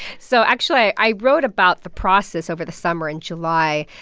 so actually, i wrote about the process over the summer in july,